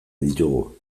ditugu